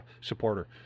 supporter